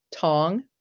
tong